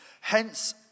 Hence